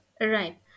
Right